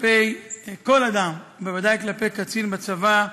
כלפי כל אדם, בוודאי כלפי קצין בצבא,